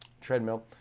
treadmill